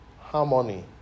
harmony